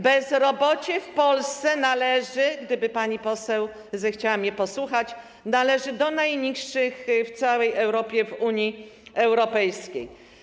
bezrobocie w Polsce należy - gdyby pani poseł zechciała mnie posłuchać - do najniższych w całej Europie, w Unii Europejskiej.